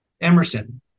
Emerson